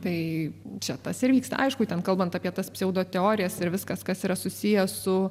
tai čia tas ir vyksta aišku ten kalbant apie tas pseudoteorijas ir viskas kas yra susiję su